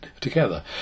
together